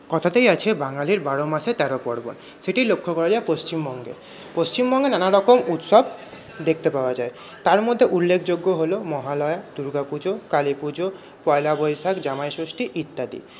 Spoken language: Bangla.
কথাতেই আছে বাঙালির বারো মাসে তেরো পার্বণ সেটিই লক্ষ করা যায় পশ্চিমবঙ্গে পশ্চিমবঙ্গে নানা রকম উৎসব দেখতে পাওয়া যায় তার মধ্যে উল্লেখযোগ্য হল মহালয়া দুর্গা পুজো কালী পুজো পয়লা বৈশাখ জামাই ষষ্ঠী ইত্যাদি